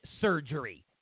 surgery